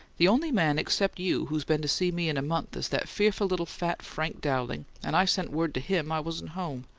the only man except you who's been to see me in a month is that fearful little fat frank dowling, and i sent word to him i wasn't home.